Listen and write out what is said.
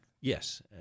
Yes